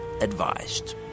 advised